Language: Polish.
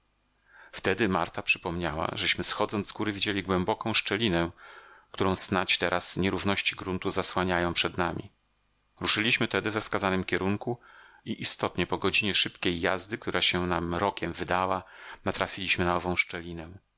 wtedy marta przypomniała żeśmy schodząc z góry widzieli głęboką szczelinę którą snadź teraz nierówności gruntu zasłaniają przed nami ruszyliśmy tedy we wskazanym kierunku i istotnie po godzinie szybkiej jazdy która się nam rokiem wydała natrafiliśmy na